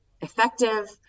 effective